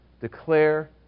declare